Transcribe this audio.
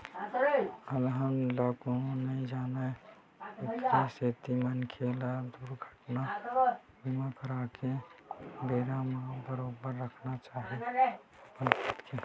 अलहन ल कोनो नइ जानय एखरे सेती मनखे ल दुरघटना बीमा करवाके बेरा म बरोबर रखना चाही अपन खुद के